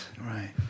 Right